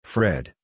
Fred